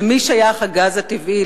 למי שייך הגז הטבעי,